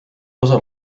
osa